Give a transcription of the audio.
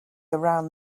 around